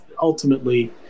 ultimately